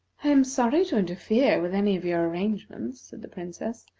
am sorry to interfere with any of your arrangements, said the princess,